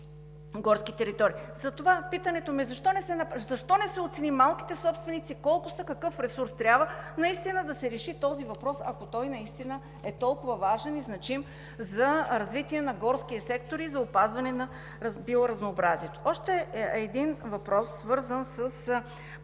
горски територии. Затова питането ми е: защо не се оценят малките собственици – колко са, какъв ресурс трябва, и наистина да се реши този въпрос, ако той наистина е толкова важен и значим за развитие на горския сектор и за опазване на биоразнообразието? Още един въпрос, свързан с